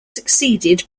succeeded